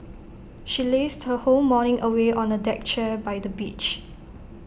she lazed her whole morning away on A deck chair by the beach